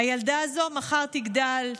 "הילדה הזו מחר תגדל,